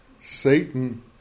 Satan